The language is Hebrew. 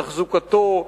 תחזוקתו,